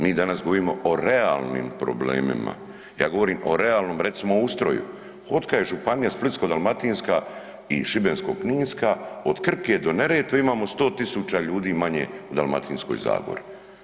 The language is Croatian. Mi danas govorimo o realnim problemima, ja govorim o realnom recimo ustroju, otkad je županija Splitsko-dalmatinska i Šibensko-kninska od Krke do Neretve imamo 100 000 ljudi manje u Dalmatinskoj zagori.